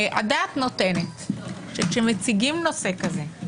הדעת נותנת שכשמציגים נושא כזה,